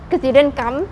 because didn't come